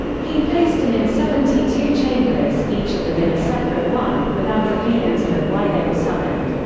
he placed them in seventy two chambers, each of them in a separate one, without revealing to them why they were summoned.